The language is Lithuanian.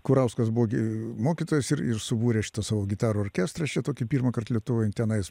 kurauskas buvo gi mokytojas ir ir subūrė šitą savo gitarų orkestrą čia tokį pirmąkart lietuvoj tenais